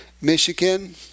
Michigan